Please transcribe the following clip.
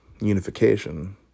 unification